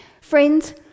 Friends